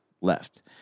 left